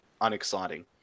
Unexciting